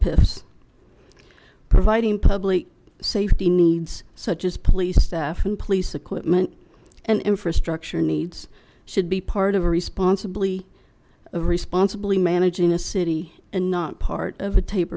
pits providing public safety needs such as police staff and police equipment and infrastructure needs should be part of a responsibility of responsibility managing a city and not part of a tape